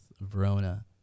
Verona